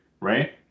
right